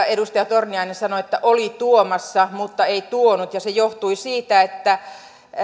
edustaja torniainen sanoi että oli tuomassa mutta ei tuonut ja se johtui siitä että